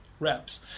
reps